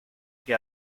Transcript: que